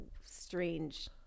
strange